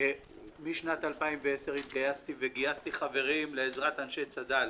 משנת 2010 התגייסתי וגייסתי חברים לעזרת אנשי צד"ל,